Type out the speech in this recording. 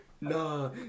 No